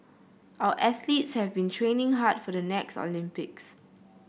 our athletes have been training hard for the next Olympics